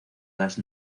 las